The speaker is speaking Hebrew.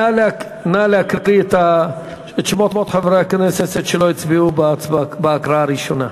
נא להקריא את שמות חברי הכנסת שלא הצביעו בהקראה הראשונה.